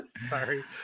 Sorry